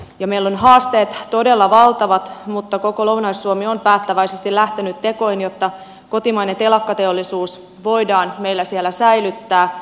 meillä on haasteet todella valtavat mutta koko lounais suomi on päättäväisesti lähtenyt tekoihin jotta kotimainen telakkateollisuus voidaan meillä siellä säilyttää